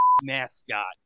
mascot